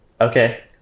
okay